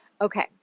okay